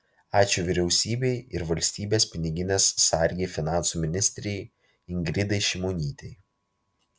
ačiū vyriausybei ir valstybės piniginės sargei finansų ministrei ingridai šimonytei